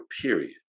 period